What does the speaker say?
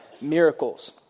miracles